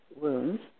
wounds